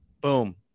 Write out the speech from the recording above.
Boom